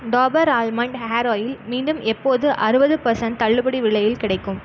Dabur almond hair oil மீண்டும் எப்போது அறுபது பெர்சன்ட் தள்ளுபடி விலையில் கிடைக்கும்